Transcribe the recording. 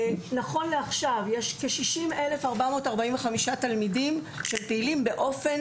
נכון לעכשיו יש כ-60,445 תלמידים שפעילים באופן